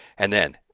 and then,